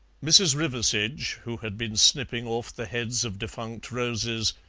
mrs. riversedge, who had been snipping off the heads of defunct roses,